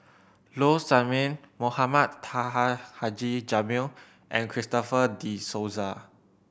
Low Sanmay Mohamed Taha Haji Jamil and Christopher De Souza